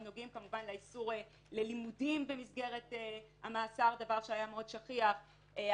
נוגעים לאיסור ללימודים במסגרת המאסר שהיו מאוד שכיחים,